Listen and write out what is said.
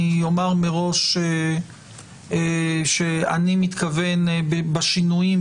אני אומר מראש שאני מתכוון בשינויים,